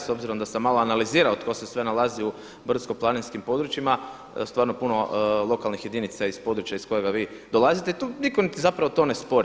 S obzirom da sam malo analizirao tko se sve nalazi u brdsko-planinskim područjima, stvarano puno lokalnih jedinica iz područja iz kojega vi dolazite, tu nitko niti zapravo to ne spori.